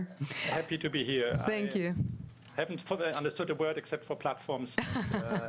ראש יחידת עתיד תעסוקת הנוער העולמי בנציבות האירופית,